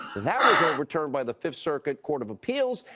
that was overturned by the fifth circuit court of appeals,